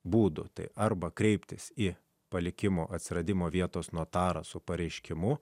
būdų tai arba kreiptis į palikimo atsiradimo vietos notarą su pareiškimu